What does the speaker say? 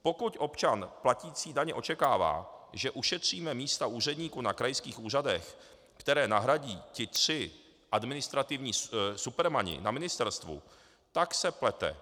Pokud občan platící daně očekává, že ušetříme místa úředníků na krajských úřadech, které nahradí ti tři administrativní supermani na ministerstvu, tak se plete.